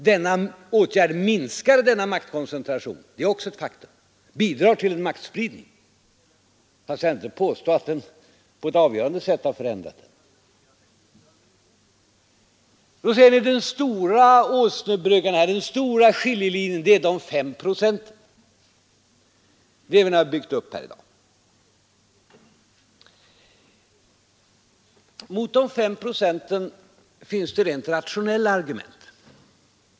Den föreslagna åtgärden minskar maktkoncentration, bidrar till en maktspridning — det är också ett faktum. Jag har däremot inte påstått att den på ett avgörande sätt förändrar maktkoncentrationen. Ni säger att åsnebryggan, den stora skiljelinjen här är de 5 procenten. Det är vad ni har byggt upp här i dag. Mot en S5-procentsspärr finns det rent rationella argument.